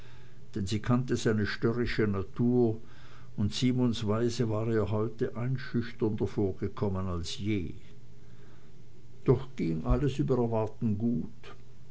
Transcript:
sie kannte seine störrische natur und simons weise war ihr heute einschüchternder vorgekommen als je doch ging alles über erwarten gut